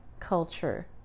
culture